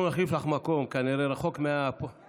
אנחנו נחליף לך מקום, כנראה, רחוק מהפודיום.